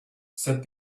said